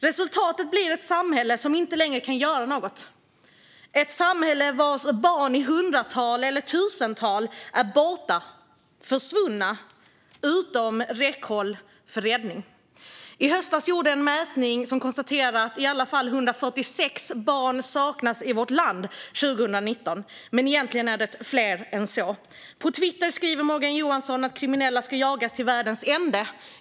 Resultatet blir ett samhälle som inte längre kan göra något - ett samhälle vars barn i hundratal eller tusental är borta, försvunna utom räckhåll för räddning. I höstas gjordes en mätning som konstaterade att i alla fall 146 barn saknades i vårt land 2019, men egentligen är det fler än så. På Twitter skriver Morgan Johansson att kriminella ska jagas till världens ände.